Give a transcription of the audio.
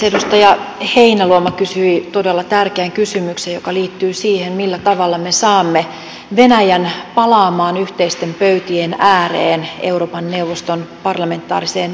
edustaja heinäluoma kysyi todella tärkeän kysymyksen joka liittyy siihen millä tavalla me saamme venäjän palaamaan yhteisten pöytien ääreen euroopan neuvoston parlamentaariseen yleiskokoukseen